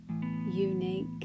unique